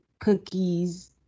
cookies